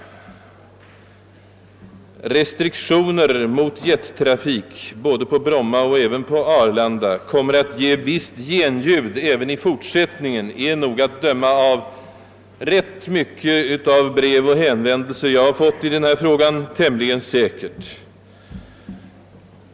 Att denna fråga om restriktioner mot jettrafik både på Bromma och på Arlanda kommer att ge ett visst genljud även i fortsättningen är nog, att döma av rätt många brev och hänvändelser som jag fått, tämligen säkert.